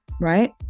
right